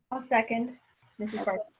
i'll second mrs. flour.